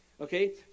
okay